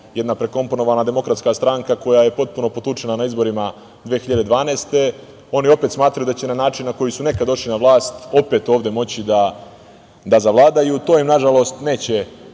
jedna prekomponovana DS koja je potpuno potučena na izborima 2012. godine. Oni opet smatraju da će na način na koji su nekada došli na vlast opet ovde moći da zavladaju. To im nažalost neće